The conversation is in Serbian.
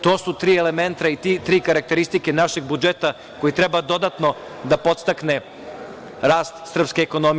To su tri elementa i tri karakteristike našeg budžeta koje treba dodatno da podstakne rast srpske ekonomije.